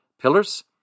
pillars